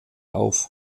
auf